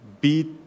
beat